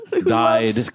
died